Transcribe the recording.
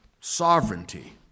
sovereignty